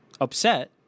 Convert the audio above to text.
upset